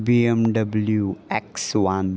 B M W X one